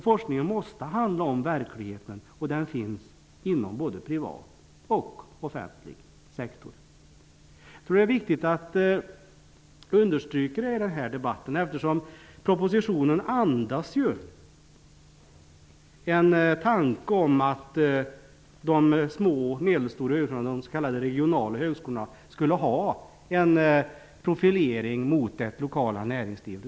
Forskning måste handla om verkligheten, och den finns inom både privat och offentlig sektor. Jag tror att det är viktigt att understryka det i den här debatten, eftersom propositionen andas en tanke om att de små och medelstora högskolorna, de s.k. regionala högskolorna, skulle ha en profilering mot det lokala näringslivet.